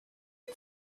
mit